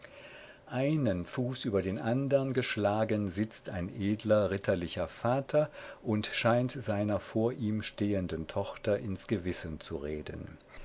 einen fuß über den andern geschlagen sitzt ein edler ritterlicher vater und scheint seiner vor ihm stehenden tochter ins gewissen zu reden